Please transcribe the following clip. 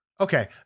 okay